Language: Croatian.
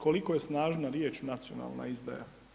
Koliko je snažna riječ nacionalna izdaja.